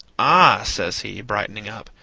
ah, says he, brightening up,